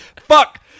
Fuck